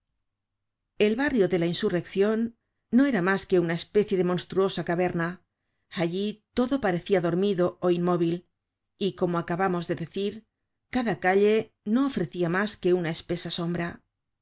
el barrio de la insurrección no era mas que una especie de monstruosa caverna allí todo parecia dormido ó inmóvil y como acabamos de decir cada calle no ofrecia mas que una espesa sombra